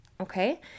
Okay